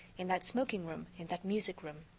in that smoking room, in that music room!